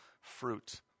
fruit